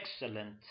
excellent